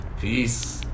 Peace